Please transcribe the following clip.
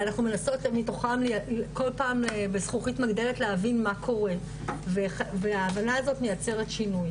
אנחנו מנסות כל פעם להבין מתוכם להבין מה קורה וההבנה הזאת מייצרת שינוי